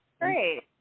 great